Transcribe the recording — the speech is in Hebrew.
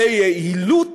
ביעילות,